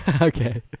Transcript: Okay